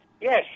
Yes